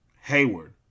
Hayward